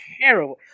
terrible